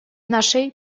нашей